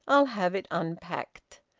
i'll have it unpacked.